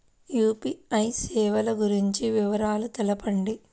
UPI సేవలు గురించి వివరాలు తెలుపండి?